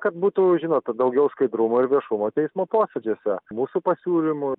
kad būtų žinot daugiau skaidrumo ir viešumo teismo posėdžiuose mūsų pasiūlymų